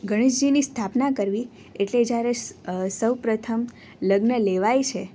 ગણેશજીની સ્થાપના કરવી એટલે જ્યારે સૌપ્રથમ લગ્ન લેવાય છે